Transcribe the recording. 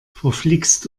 verflixt